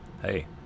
hey